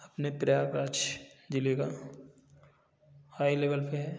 अपने प्रयागराज जिले का हाई लेबल पे है